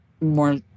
more